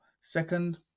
Second